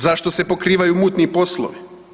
Zašto se pokrivaju mutni poslovi?